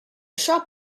shop